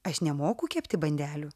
aš nemoku kepti bandelių